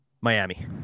Miami